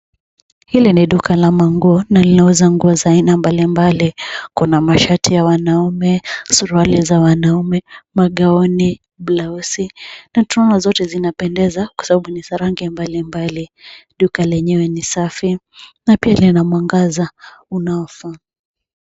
Hili ni duka la nguo na linauza nguo za aina mbalimbali. Kuna mashati ya wanaume, suruali za wanaume, gauni, blauzi, na tunaona zote zinapendeza, kwa sababu ni za rangi mbalimbali. Duka lenyewe ni safi na pia lina mwangaza unaofaa.